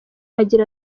agira